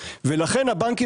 מידע,